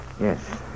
Yes